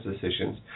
decisions